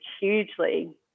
hugely